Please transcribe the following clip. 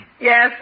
Yes